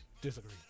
Disagree